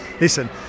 listen